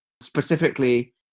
Specifically